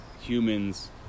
humans